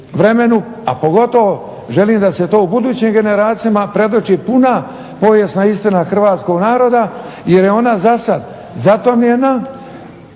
a pogotovo želim da se to u budućim generacijama predoči puna povijesna istina hrvatskog naroda, jer je ona zasada zatomljena